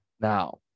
Now